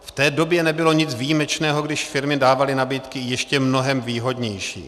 V té době nebylo nic výjimečného, když firmy dávaly nabídky ještě mnohem výhodnější.